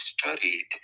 studied